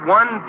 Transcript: one